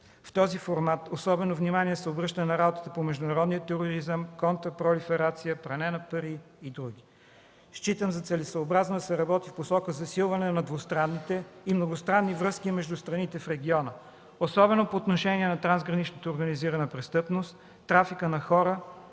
В този формат особено внимание се обръща на работата по международния тероризъм, контрапролиферация, пране на пари и други. Считам за целесъобразно да се работи в посока засилване на двустранните и многостранни връзки между страните в региона, особено по отношение на трансграничната организирана престъпност, трафика на хора